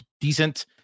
decent